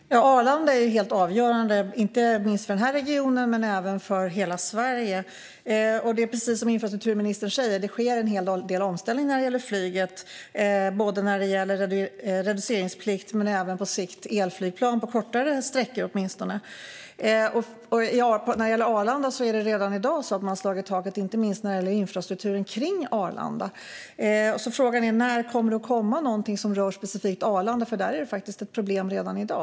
Fru talman! Arlanda är helt avgörande för den här regionen men även för hela Sverige. Precis som infrastrukturministern säger sker det en hel del omställning när det gäller flyget. Det handlar om både reduceringsplikt och, på sikt, elflygplan, åtminstone på kortare sträckor. På Arlanda slår man redan i dag i taket, inte minst när det gäller infrastrukturen kring flygplatsen. Frågan är därför när det kommer att komma något som specifikt rör Arlanda, för där är det faktiskt problem redan i dag.